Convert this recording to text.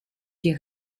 die